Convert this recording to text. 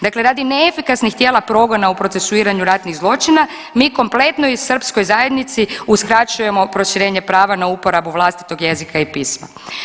Dakle, radi neefikasnih tijela progona u procesuiranju ratnih zločina mi kompletnoj srpskoj zajednici uskraćujemo proširenje prava na uporabu vlastitog jezika i pisma.